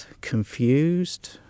confused